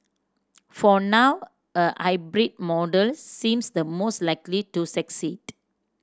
for now a hybrid model seems the most likely to succeed